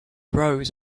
rose